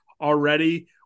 already